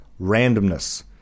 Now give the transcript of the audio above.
randomness